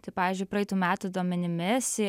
tai pavyzdžiui praeitų metų duomenimis